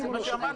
זה מה שאמרתי.